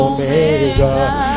Omega